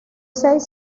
seis